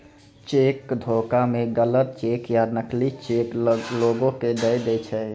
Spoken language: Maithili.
चेक धोखा मे गलत चेक या नकली चेक लोगो के दय दै छै